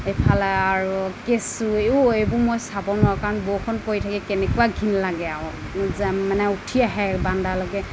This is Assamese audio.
এফালে আৰু কেঁচু এই এইবোৰ মই চাব নোৱাৰোঁ কাৰণ বৰষুণ পৰি থাকি কেনেকুৱা ঘিণ লাগে আৰু ক'ত যাম মানে উঠি আহে বাৰান্দা লৈকে